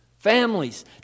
Families